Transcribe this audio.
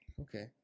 Okay